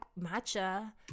matcha